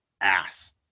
ass